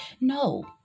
no